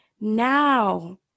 now